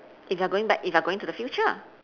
if you are going back if you are going to the future ah